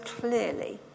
clearly